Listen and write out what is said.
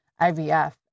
IVF